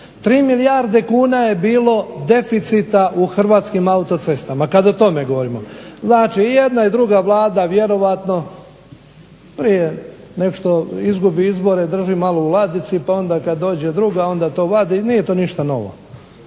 3 milijarde kuna je bilo deficita u Hrvatskim autocestama, kad o tome govorimo. Znači i jedna i druga Vlada vjerojatno prije nego što izgubi izbore drži malo u ladici pa onda kad dođe druga onda to vadi. Nije to ništa novo.